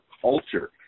culture